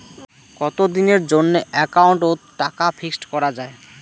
কতদিনের জন্যে একাউন্ট ওত টাকা ফিক্সড করা যায়?